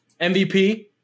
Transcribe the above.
MVP